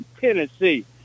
Tennessee